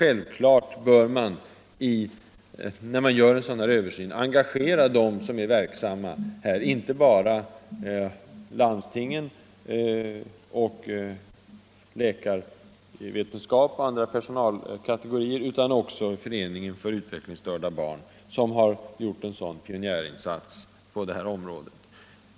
Självfallet bör man när man gör en sådan översyn engagera dem som är verksamma här, alltså inte bara landsting, läkarvetenskap och andra personalkategorier, utan också Föreningen för utvecklingsstörda barn, som har gjort en pionjärinsats på detta område.